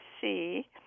see